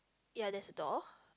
ya there's a door